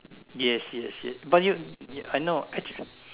yes yes yes but you I know actually